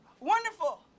Wonderful